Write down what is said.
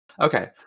okay